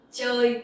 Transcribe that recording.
Chơi